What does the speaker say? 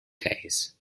days